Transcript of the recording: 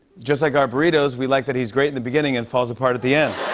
just like our burritos, we like that he's great in the beginning and falls apart at the end.